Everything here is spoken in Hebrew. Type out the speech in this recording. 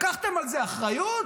לקחתם על זה אחריות?